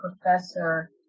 professor